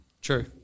True